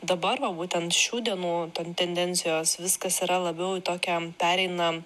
dabar va būtent šių dienų tendencijos viskas yra labiau į tokią pereina